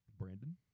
Brandon